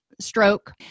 stroke